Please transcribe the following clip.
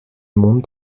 monde